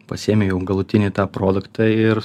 pasiėmi jau galutinį tą produktą ir